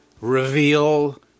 reveal